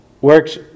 works